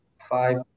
five